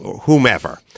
whomever